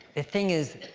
the thing is,